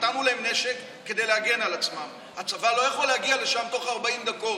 נתנו להם נשק כדי להגן על עצמם והצבא לא יכול להגיע לשם תוך 40 דקות,